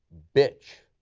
bitch.